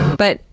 but,